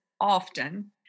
often